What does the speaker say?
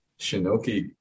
Shinoki